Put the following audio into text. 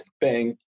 bank